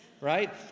Right